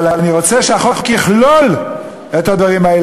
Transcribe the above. אבל אני רוצה שהחוק יכלול את הדברים האלה,